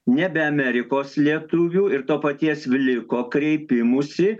nebe amerikos lietuvių ir to paties viliuko kreipimųsi